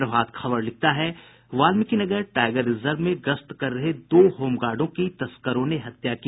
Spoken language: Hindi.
प्रभात खबर लिखता है बाल्मिकी नगर टाइगर रिजर्व मे गश्त कर रहे दो होमगार्डों की तस्करों ने हत्या की